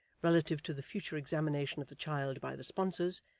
relative to the future examination of the child by the sponsors,